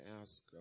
ask